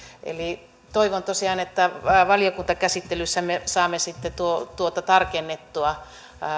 toivon tosiaan että valiokuntakäsittelyssä me saamme sitten tuota tarkennettua